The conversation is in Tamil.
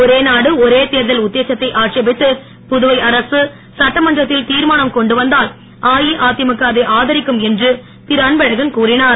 ஒரே நாடு ஒரே தேர்தல் உத்தேசத்தை ஆட்சேபித்து புதுவை அரக சட்டமன்றத்தில் திர்மானம் கொண்டுவந்தால் அஇஅதிமுக அதை ஆதரிக்கும் என்று திருஅன்பழகன் கூறினர்